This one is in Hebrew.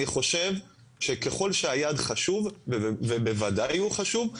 אני חושב שככל שהיעד חשוב ובוודאי הוא חשוב,